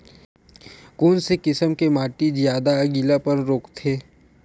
कोन से किसम के माटी ज्यादा गीलापन रोकथे?